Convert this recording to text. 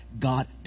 God